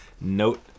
note –